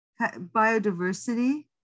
biodiversity